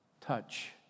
touch